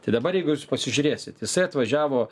tai dabar jeigu jūs pasižiūrėsit jisai atvažiavo